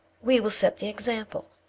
we will set the example,